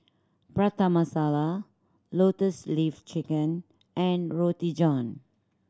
Prata Masala Lotus Leaf Chicken and Roti John